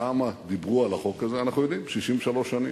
כמה דיברו על החוק הזה אנחנו יודעים, 63 שנים.